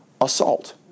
assault